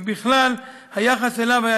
בכלל, היחס אליו היה